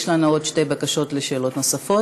יש לנו עוד שתי בקשות לשאלות נוספות.